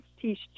teach